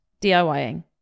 DIYing